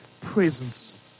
presence